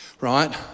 Right